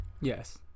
Yes